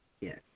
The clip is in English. Yes